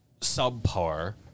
subpar